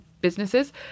businesses